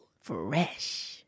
fresh